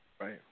Right